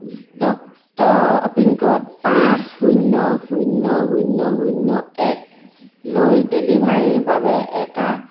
pincode পাঁচ শূন্য শূন্য শূন্য শূন্য একলৈ ডেলিভাৰীৰ বাবে এটা